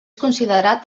considerat